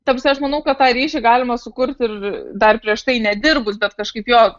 ta prasme aš manau kad tą ryšį galima sukurti ir dar prieš tai nedirbus bet kažkaip jo